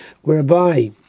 whereby